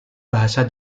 bahasa